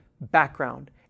background